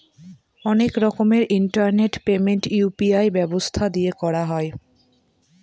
অনেক রকমের internet payment UPI ব্যবস্থা দিয়ে করা হয়